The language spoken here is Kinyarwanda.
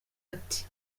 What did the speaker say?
ati